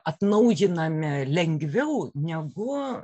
atnaujinami lengviau negu